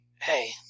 Hey